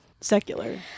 secular